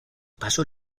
pasó